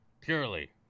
Purely